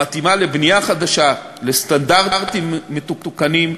המתאימה לבנייה חדשה, לסטנדרטים מתוקנים,